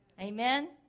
Amen